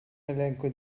elenco